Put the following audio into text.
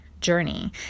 journey